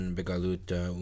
Begaluta